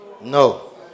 No